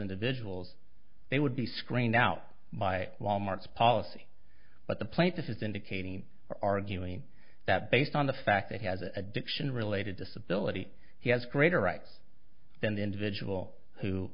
individuals they would be screened out by wal mart's policy but the plaintiff is indicating arguing that based on the fact that he has an addiction related disability he has greater rights than the individual who